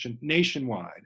nationwide